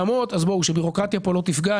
כדי שהבירוקרטיה פה לא תפגע.